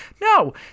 No